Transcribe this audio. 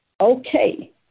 okay